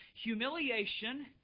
Humiliation